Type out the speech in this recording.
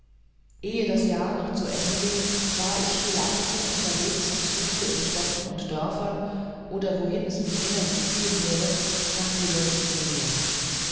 ehe das jahr noch zu ende ging war ich vielleicht schon unterwegs und suchte in städten und dörfern oder wohin es mich innerlich ziehen würde nach hillel und